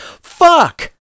Fuck